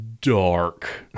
Dark